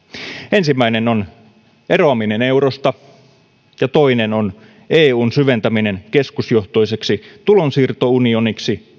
ensimmäinen on eroaminen eurosta ja toinen on eun syventäminen keskusjohtoiseksi tulonsiirtounioniksi